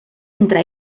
entre